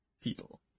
People